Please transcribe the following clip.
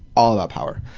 all about power,